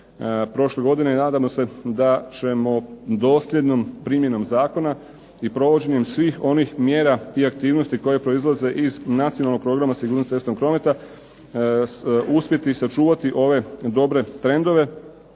prošle godine. I nadamo se da ćemo dosljednom primjenom zakona i provođenjem svih onih mjera i aktivnosti koje proizlaze iz Nacionalnog programa sigurnosti cestovnog prometa uspjeti sačuvati ove dobre trendove